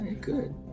good